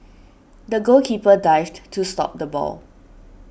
the goalkeeper dived to stop the ball